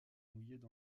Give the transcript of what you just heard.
mouillaient